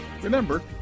Remember